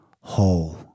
whole